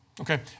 Okay